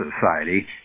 Society